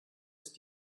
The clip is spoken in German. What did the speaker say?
ist